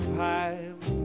pipe